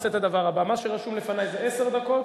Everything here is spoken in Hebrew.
רשום לפני עשר דקות.